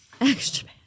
Extra